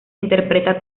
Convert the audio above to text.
interpreta